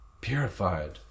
Purified